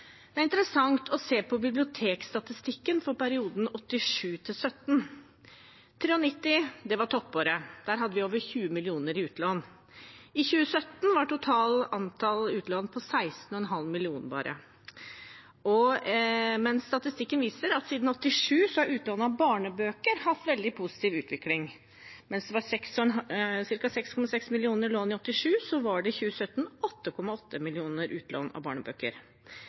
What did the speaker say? Det er interessant å se på bibliotekstatistikken for perioden 1987–2017. 1993 var toppåret, da hadde vi over 20 millioner utlån. I 2017 var totalt antall utlån på 16,5 millioner. Statistikken viser at siden 1987 har utlån av barnebøker hatt en veldig positiv utvikling. Mens det var 6,6 millioner utlån i 1987, var det i 2017 8,8 millioner utlån av barnebøker.